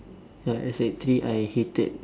ya sec three I hated